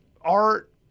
art